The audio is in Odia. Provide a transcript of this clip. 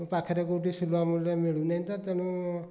ପାଖରେ କେଉଁଠି ସୁଲଭ ମୂଲ୍ୟରେ ମିଳୁନେଇ ତ ତେଣୁ